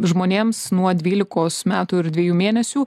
žmonėms nuo dvylikos metų ir dviejų mėnesių